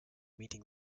meeting